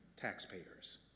taxpayers